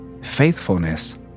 faithfulness